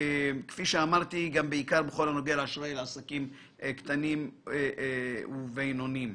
בעיקר בכל הנוגע לעסקים קטנים ובינוניים.